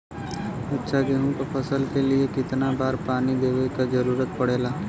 अच्छा गेहूँ क फसल के लिए कितना बार पानी देवे क जरूरत पड़ेला?